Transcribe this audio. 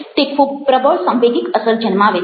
તે ખૂબ પ્રબળ સાંવેગિક અસર જન્માવે છે